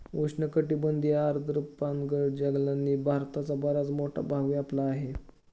उष्णकटिबंधीय आर्द्र पानगळ जंगलांनी भारताचा बराच मोठा भाग व्यापला आहे